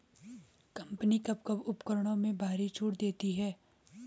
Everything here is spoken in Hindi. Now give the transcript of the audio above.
कंपनी कब कब उपकरणों में भारी छूट देती हैं?